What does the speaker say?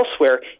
elsewhere